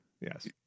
Yes